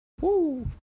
Woo